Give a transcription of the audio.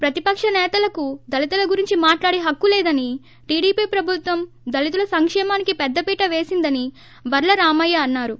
ప్రతిపక్షనేతలకు దళితుల గురించే మాట్లాడే హక్కు లేదని టీడీపీ ప్రభుత్వం దళితుల సంకేమానికి పెద్దపీట పేసిందని వర్ణ రామయ్య అన్నారు